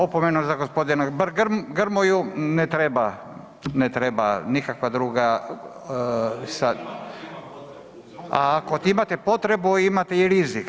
Opomenu za gospodina Grmoju ne treba nikakva druga sada. … [[Upadica iz klupe, ne razumije se.]] Ako imate potrebu imate i rizik.